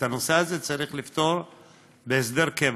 את הנושא הזה צריך לפתור בהסדר קבע,